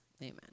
Amen